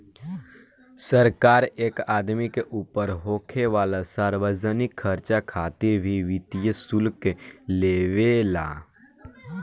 सरकार एक आदमी के ऊपर होखे वाला सार्वजनिक खर्चा खातिर भी वित्तीय शुल्क लेवे ला